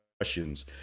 questions